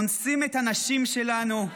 אונסים את הנשים שלנו,